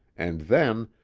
and then,